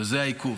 וזה העיכוב.